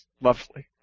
Lovely